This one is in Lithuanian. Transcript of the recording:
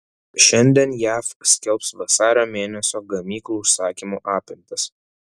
šiandien jav skelbs vasario mėnesio gamyklų užsakymų apimtis